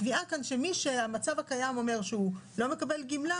הקביעה כאן שמי שהמצב הקיים אומר שהוא לא מקבל גמלה,